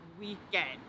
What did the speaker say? Weekend